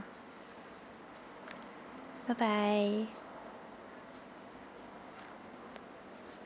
bye bye